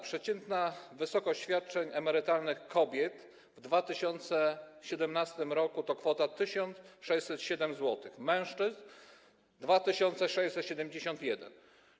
Przeciętna wysokość świadczeń emerytalnych kobiet w 2017 r. to kwota 1607 zł, mężczyzn - 2671 zł.